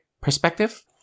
perspective